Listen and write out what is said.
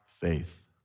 faith